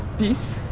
piece.